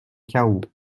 chaos